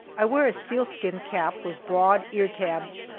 i wear a sealskin cap with broad ear tabs,